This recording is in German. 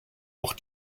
auch